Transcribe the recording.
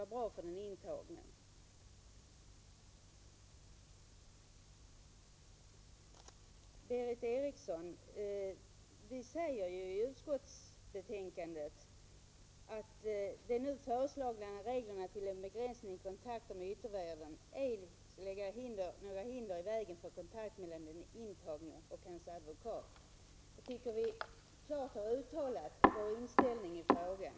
Vi säger ju, Berith Eriksson, i betänkandet: ''Enligt utskottets uppfattning bör de nu föreslagna reglerna till begränsning i kontakter med yttervärlden ej lägga några hinder i vägen för kontakt mellan den intagne och hans advokat --.'' Jag tycker att vi klart har uttalat vår inställning i frågan.